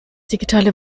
digitale